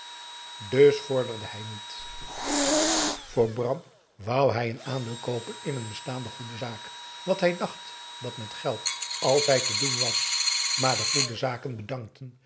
dus vorderde hij niet voor bram wou hij een aandeel koopen in een bestaande goede zaak wat hij dacht dat met geld altijd te doen was maar de goede zaken bedankp